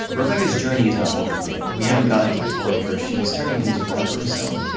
rebecca's journey is not over yet, we haven't gotten to the part where she's turning things around for herself.